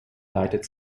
leitet